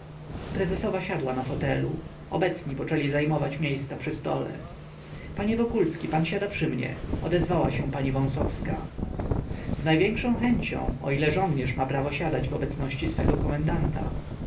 prezesowa siadła na fotelu obecni poczęli zajmować miejsca przy stole panie wokulski pan siada przy mnie odezwała się pani wąsowska z największą chęcią o ile żołnierz ma prawo siadać w obecności swego komendanta